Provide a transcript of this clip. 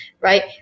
right